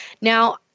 Now